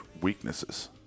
weaknesses